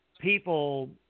people